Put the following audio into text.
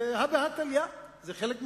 הא בהא תליא, זה חלק מהעניין.